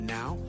now